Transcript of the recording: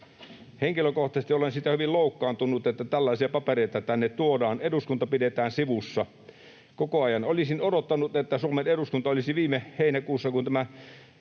Henkilökohtaisesti olen siitä hyvin loukkaantunut, että tällaisia papereita tänne tuodaan. Eduskunta pidetään sivussa. Koko ajan olisin odottanut, että Suomen eduskunta olisi viime heinäkuussa,